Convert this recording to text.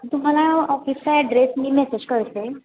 तुम्हाला ऑफिसचा ॲड्रेस मी मेसेज करते